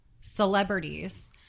celebrities